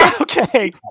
Okay